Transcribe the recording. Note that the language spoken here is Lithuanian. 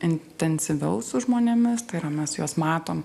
intensyviau su žmonėmis tai yra mes juos matom